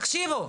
תקשיבו,